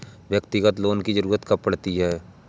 व्यक्तिगत लोन की ज़रूरत कब पड़ती है?